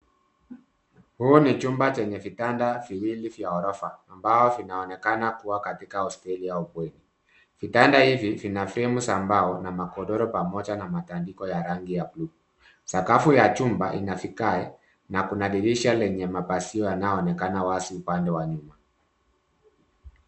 Huu ni chumba chenye vitanda viwili vya ghorofa, ambao vinaonekana kua katika hosteli au bweni. Vitanda hivi vina fremu za mbao na magodoro pamoja na matandiko ya rangi ya blue . Sakafu ya chumba ina vigae, na kuna dirisha lenye mapazia yanayoonekana wazi upande wa nyuma.